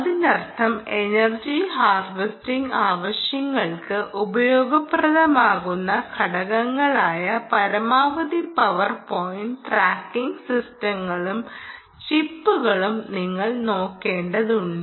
അതിനർത്ഥം energy harvesting ആവശ്യങ്ങൾക്ക് ഉപയോഗപ്രദമാകുന്ന ഘടകങ്ങളായ പരമാവധി പവർ പോയിന്റ് ട്രാക്കിംഗ് സിസ്റ്റങ്ങളും ചിപ്പുകളും നിങ്ങൾ നോക്കേണ്ടതുണ്ട്